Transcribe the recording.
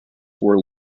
were